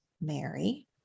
Mary